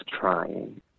trying